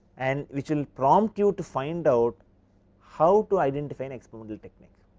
and which will prompt you to find out how to identifying experimental technique.